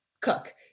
cook